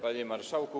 Panie Marszałku!